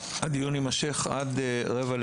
הדיון יימשך עד 11:45,